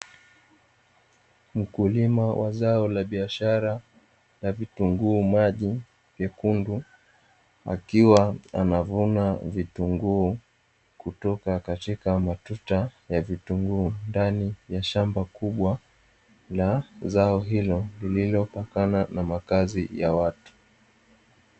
Mkulima wa zao la biashara la vitunguu maji vyekundu akiwa anavuna vitunguu, kutoka katika matuta ya vitunguu ndani ya shamba kubwa la zao hilo lililopakana na makazi ya watu.